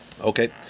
Okay